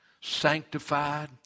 sanctified